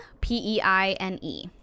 P-E-I-N-E